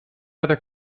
other